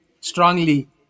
strongly